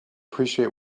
appreciate